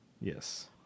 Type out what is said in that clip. yes